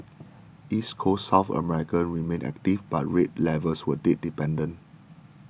East Coast South America remained active but rate levels were date dependent